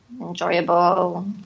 enjoyable